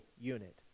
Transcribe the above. unit